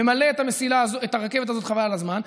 ממלא את הרכבת הזאת חבל על הזמן,